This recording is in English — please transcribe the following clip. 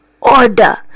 order